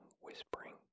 whispering